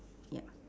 ya